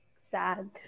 sad